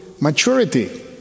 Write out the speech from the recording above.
maturity